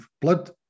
blood